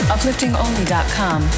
Upliftingonly.com